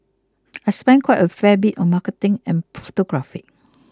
I spend quite a fair bit on marketing and photography